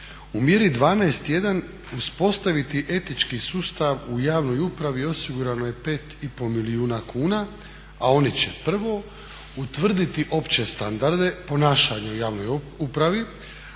U mjeri 12.1 uspostaviti etički sustav u javnoj upravi osigurano je 5 i pol milijuna kuna, a oni će prvo utvrditi opće standarde ponašanja u javnoj upravi,